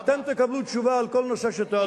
ואתם תקבלו תשובה על כל נושא שתעלו.